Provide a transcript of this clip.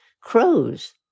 Crows